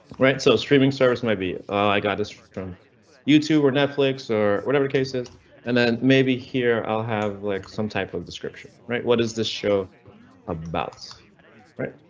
right, so streaming service might be. i got this from youtube or netflix or whatever cases and then maybe here i'll have like some type of description right? what is this show about right?